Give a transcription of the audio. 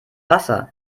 wasser